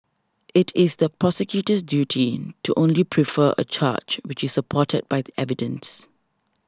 it is the prosecutor's duty to only prefer a charge which is supported by the evidence